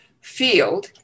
field